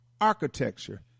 architecture